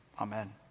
Amen